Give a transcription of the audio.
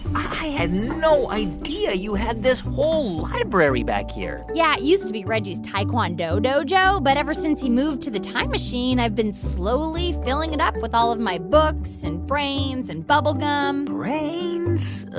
i had no idea you had this whole library back here yeah, it used to be reggie's taekwondo dojo, but ever since he moved to the time machine, i've been slowly filling it up with all of my books and brains and bubble gum brains,